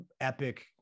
epic